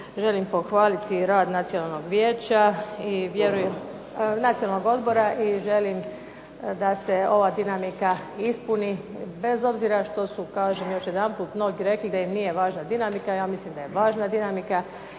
i vjerujem, Nacionalnog odbora, i želim da se ova dinamika ispuni bez obzira što su, kažem još jedanput, mnogi rekli da im nije važna dinamika ja mislim da je važna dinamika